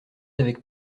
avec